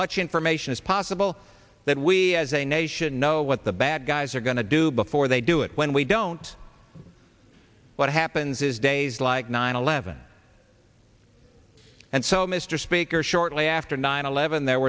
much information as possible that we as a nation know what the bad guys are going to do before they do it when we don't know what happens is days like nine eleven and so mr speaker shortly after nine eleven there